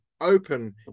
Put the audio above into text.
open